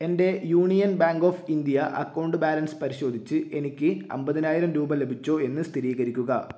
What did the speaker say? എൻ്റെ Union Bank of India account balance പരിശോധിച്ച് എനിക്ക് അൻപതിനായിരം രൂപ ലഭിച്ചോ എന്ന് സ്ഥിരീകരിക്കുക